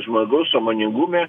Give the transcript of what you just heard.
žmogaus sąmoningume